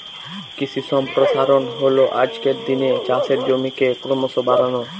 কৃষি সম্প্রসারণ হল আজকের দিনে চাষের জমিকে ক্রমশ বাড়ানো